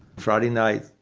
friday night,